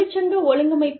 தொழிற்சங்க ஒழுங்கமைப்பு